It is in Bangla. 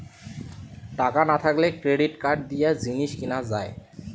টাকা না থাকলে ক্রেডিট কার্ড দিয়ে জিনিস কিনা যায়